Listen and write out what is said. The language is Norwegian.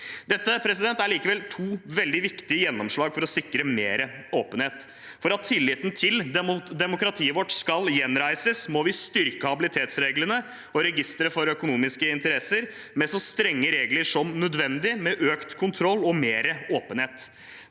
Dette er likevel to veldig viktige gjennomslag for å sikre mer åpenhet. For at tilliten til demokratiet vårt skal gjenreises, må vi styrke habilitetsreglene og registeret for økonomiske interesser med så strenge regler som nødvendig, med økt kontroll og med mer åpenhet.